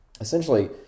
Essentially